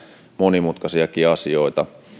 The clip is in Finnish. monimutkaisiakin asioita